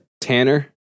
Tanner